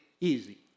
easy